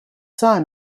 son